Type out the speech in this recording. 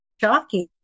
Shocking